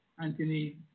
Anthony